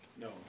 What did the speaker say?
No